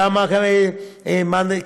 נכון, נכון.